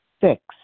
Six